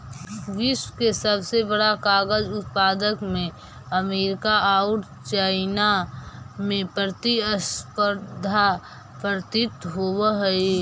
विश्व के सबसे बड़ा कागज उत्पादक में अमेरिका औउर चाइना में प्रतिस्पर्धा प्रतीत होवऽ हई